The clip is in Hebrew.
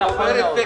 נכון מאוד.